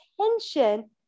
attention